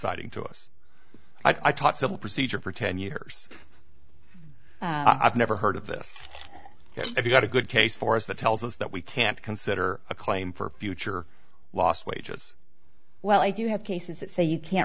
citing to us i taught civil procedure for ten years i've never heard of this if you got a good case for us that tells us that we can't consider a claim for future lost wages well i do have cases that say you can't